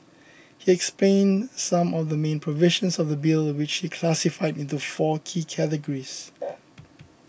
he explained some of the main provisions of the Bill which he classified into four key categories